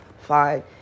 fine